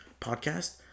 podcast